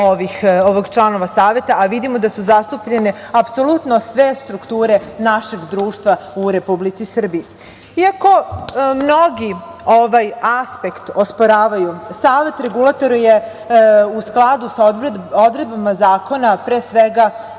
članova Saveta, a vidimo da su zastupljene apsolutno sve strukture našeg društva u Republici Srbiji. Iako mnogi ovaj aspekt osporavaju, Savet regulatora je, u skladu sa odredbama zakona, pre svega,